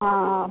ആ ആ